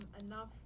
enough